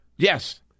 Yes